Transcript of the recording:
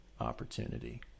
opportunity